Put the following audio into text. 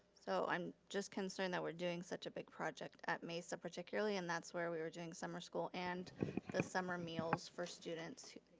so i'm just concerned that we're doing such a big project at mesa particularly and that's where we were doing summer school and the summer meals for students.